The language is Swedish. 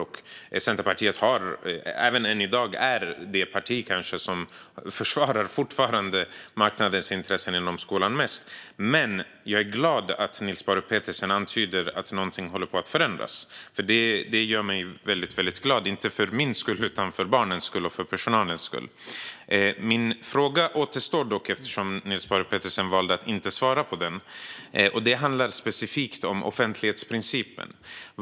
Centerpartiet är än i dag det parti som kanske mest försvarar marknadens intressen inom skolan. Men jag är glad att Niels Paarup-Petersen antyder att något håller på att förändras. Det gör mig väldigt glad, inte för min skull utan för barnens och personalens skull. Min fråga återstår dock. Niels Paarup-Petersen valde att inte svara på den. Det handlar om offentlighetsprincipen.